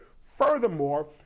Furthermore